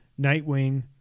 Nightwing